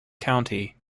county